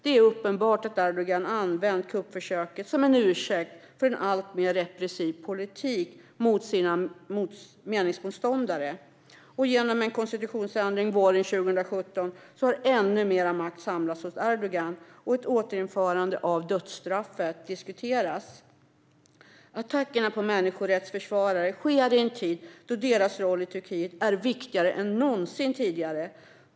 Det är uppenbart att Erdogan använt kuppförsöket som en ursäkt för en alltmer repressiv politik mot sina meningsmotståndare. Genom en konstitutionsändring våren 2017 har ännu mer makt samlats hos Erdogan, och ett återinförande av dödsstraffet diskuteras. Attackerna på människorättsförsvarare sker i en tid då deras roll i Turkiet är viktigare än någonsin tidigare.